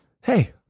hey